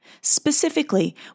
Specifically